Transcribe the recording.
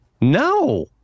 No